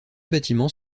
bâtiments